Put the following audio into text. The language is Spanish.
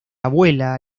abuela